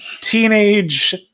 teenage